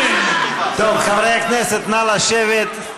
טוב, חברי הכנסת, נא לשבת.